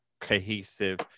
cohesive